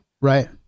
Right